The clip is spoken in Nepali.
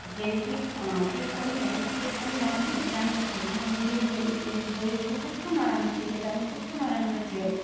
के अरे केक केक पनि केक पनि राम राम्रो थिएन अनि डेलिभरी बेरी ब्वाय पनि कस्तो नराम्रो त्यो केटा पनि कस्तो नराम्रो थियो